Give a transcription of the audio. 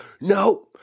nope